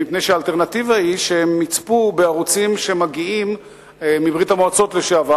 מפני שהאלטרנטיבה היא שהם יצפו בערוצים שמגיעים מברית-המועצות לשעבר